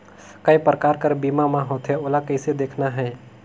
काय प्रकार कर बीमा मा होथे? ओला कइसे देखना है?